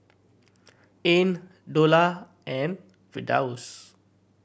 Ain Dollah and Firdaus